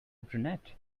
brunette